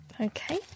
Okay